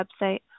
website